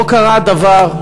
לא קרה דבר.